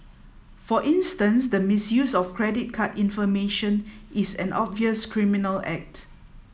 for instance the misuse of credit card information is an obvious criminal act